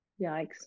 Yikes